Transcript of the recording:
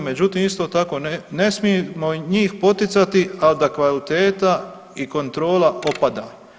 Međutim, isto tako ne smijemo njih poticati, a da kvaliteta i kontrola opada.